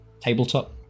tabletop